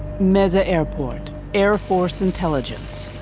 mezzeh airport, air force intelligence,